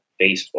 Facebook